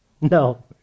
No